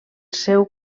seu